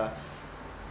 uh